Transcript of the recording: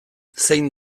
zein